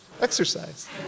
exercise